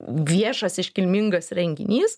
viešas iškilmingas renginys